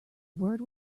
word